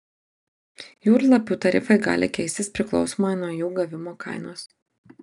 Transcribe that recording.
jūrlapių tarifai gali keistis priklausomai nuo jų gavimo kainos